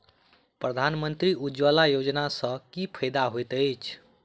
प्रधानमंत्री उज्जवला योजना सँ की फायदा होइत अछि?